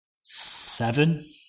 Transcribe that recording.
seven